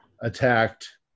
attacked